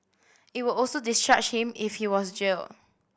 it would also discharge him if he was jailed